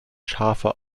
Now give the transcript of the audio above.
schafe